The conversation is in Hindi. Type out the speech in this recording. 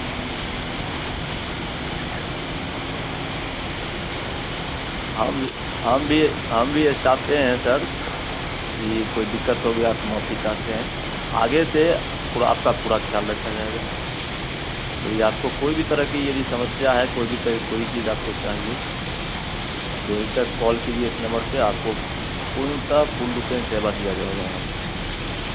हम भी हम भी हम भी इस्टाफे हैं सर अरे कोई दिक्कत हो गया तो माफ़ी चाहते हैं आगे से थोड़ा आपका पूरा ख्याल रखा जाएगा यदि आपको कोई भी तरह की यदि समस्या है कोई भी तरह की कोई चीज़ आपको चाहिए आप बेहिचक कॉल कीजिए इस नंबर पर आपको पूर्णतः पूर्णपेण सेवा दिया जाएगा यहाँ पर